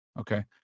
Okay